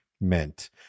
meant